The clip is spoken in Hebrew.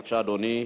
בבקשה, אדוני,